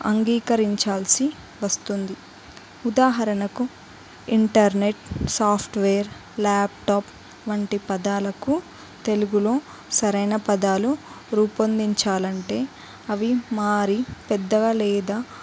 అంగీకరించాల్సి వస్తుంది ఉదాహరణకు internet software laptop వంటి పదాలకు తెలుగులో సరైన పదాలు రూపొందించాలి అంటే అవి మారి పెద్దగా లేదా